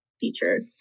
feature